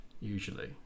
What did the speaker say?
Usually